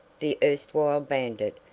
the erstwhile bandit,